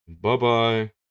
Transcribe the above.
Bye-bye